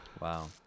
Wow